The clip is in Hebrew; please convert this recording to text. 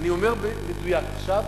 אני אומר במדויק עכשיו,